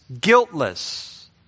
guiltless